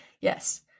yes